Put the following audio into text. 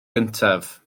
gyntaf